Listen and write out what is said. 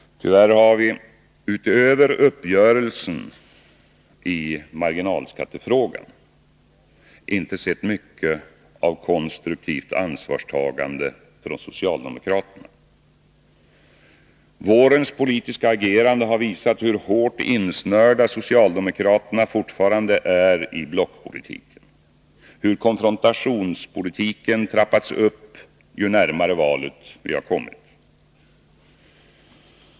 Tyvärr har vi utöver uppgörelsen i marginalskattefrågan inte sett mycket av något konstruktivt ansvarstagande från socialdemokraterna. Vårens politiska agerande har visat hur hårt insnörda socialdemokraterna fortfarande är i blockpolitiken, hur konfrontationspolitiken trappats upp ju närmare valet vi har kommit.